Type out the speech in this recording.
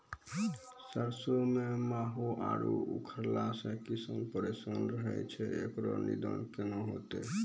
सरसों मे माहू आरु उखरा से किसान परेशान रहैय छैय, इकरो निदान केना होते?